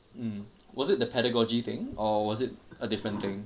mm was it the pedagogy thing or was it a different thing